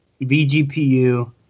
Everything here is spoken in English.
vGPU